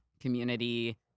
community